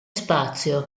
spazio